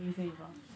very funny eh